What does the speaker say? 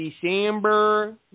December